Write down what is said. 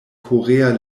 korea